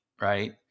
right